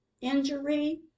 injury